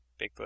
Bigfoot